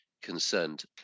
concerned